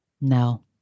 No